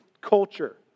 culture